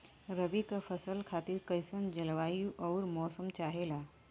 रबी क फसल खातिर कइसन जलवाय अउर मौसम चाहेला?